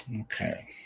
Okay